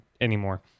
anymore